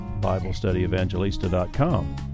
BibleStudyEvangelista.com